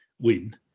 win